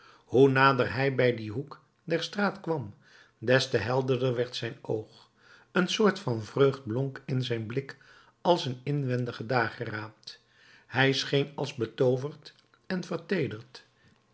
hoe nader hij bij dien hoek der straat kwam des te helderder werd zijn oog een soort van vreugd blonk in zijn blik als een inwendige dageraad hij scheen als betooverd en verteederd